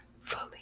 fully